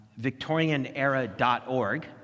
victorianera.org